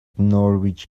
norwich